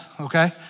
okay